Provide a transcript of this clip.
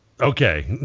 Okay